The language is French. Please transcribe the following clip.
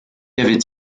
avait